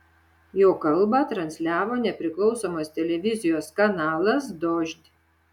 jo kalbą transliavo nepriklausomas televizijos kanalas dožd